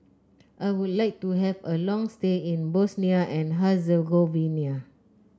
I would like to have a long stay in Bosnia and Herzegovina